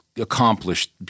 accomplished